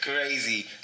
crazy